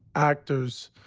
actors,